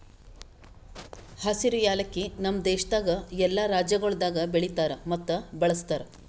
ಹಸಿರು ಯಾಲಕ್ಕಿ ನಮ್ ದೇಶದಾಗ್ ಎಲ್ಲಾ ರಾಜ್ಯಗೊಳ್ದಾಗ್ ಬೆಳಿತಾರ್ ಮತ್ತ ಬಳ್ಸತಾರ್